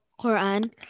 Quran